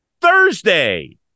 Thursday